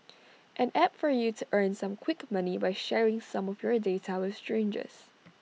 an app for you to earn some quick money by sharing some of your data with strangers